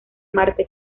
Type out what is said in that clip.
marte